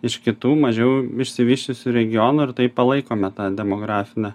iš kitų mažiau išsivysčiusių regionų ir taip palaikome tą demografinę